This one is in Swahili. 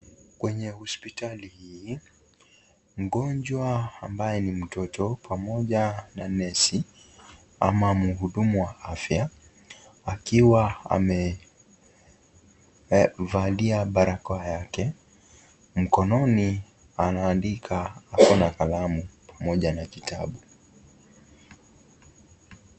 Kwenye hospitali hii mgonjwa ambaye ni mtoto pamoja na nesi ,ama muhudumu wa afya akiwa amevalia barakoa yake mkononi anaandika ako na kalamu pamoja na kitabu.